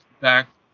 back